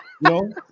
No